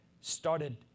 started